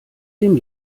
dem